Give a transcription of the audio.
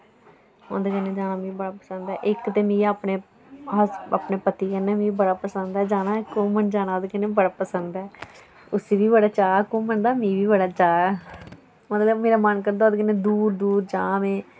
उंदे कन्नै जाना मि बड़ा पसंद ऐ इक ते मि अपने हस अपने पति कन्नै बी बड़ा ऐ जाना घुमन जाना ते कि ना बड़ा पसंद ऐ उसी बी बड़ा चा घुम्मन दा मि बी बड़ा चा मतलब मेरा मन करदा ओह्दे कन्नै दूर दूर जां में